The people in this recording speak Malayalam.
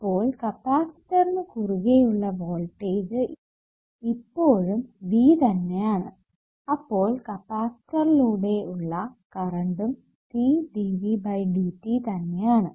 അപ്പോൾ കപ്പാസിറ്ററിന് കുറുകെ ഉള്ള വോൾടേജ് ഇപ്പോഴും V തന്നെ ആണ് അപ്പോൾ കപ്പാസിറ്ററിലൂടെ ഉള്ള കറണ്ടും CdVdtതന്നെ ആണ്